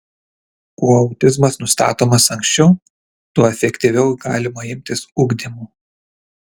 kuo autizmas nustatomas anksčiau tuo efektyviau galima imtis ugdymo